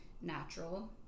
natural